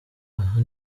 aha